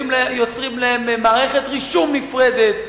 יוצרים להם מערכת רישום נפרדת,